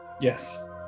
yes